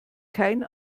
kein